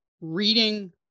reading